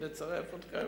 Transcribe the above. ונצרף אתכם.